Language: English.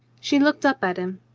she looked up at him.